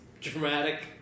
dramatic